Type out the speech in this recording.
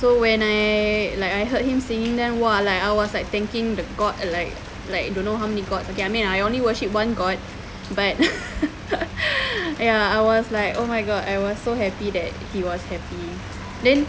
so when I like I heard him singing then !wah! like I was like thanking the god like don't know how many god okay I mean I only worship one god but ya I was like oh my god I was so happy that he was happy then